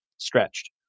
stretched